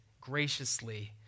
graciously